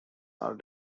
are